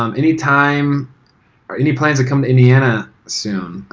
um any time or any plans to come to indiana soon?